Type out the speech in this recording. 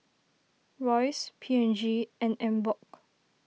Royce P and G and Emborg